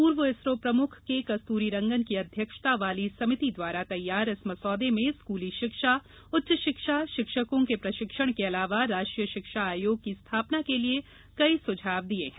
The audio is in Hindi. पूर्व इसरो प्रमुख केकस्तूरी रंगन की अध्यक्षता वाली समिति द्वारा तैयार इस मसौदे में स्कूली शिक्षा उच्च शिक्षा शिक्षकों के प्रशिक्षण के अलावा राष्ट्रीय शिक्षा आयोग की स्थापना के लिए कई सुझाव दिये हैं